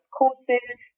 courses